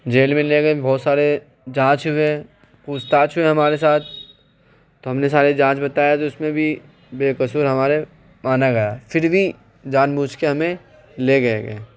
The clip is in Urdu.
جیل میں لے گئی بہت سارے جانچ ہوئے پوچھ تاچھ ہوئے ہمارے ساتھ تو ہم نے سارے جانچ بتائے تو اس میں بھی بے قصور ہمارے مانا گیا پھر بھی جان بوجھ کے ہمیں لے گئے گئے